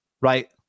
right